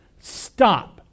stop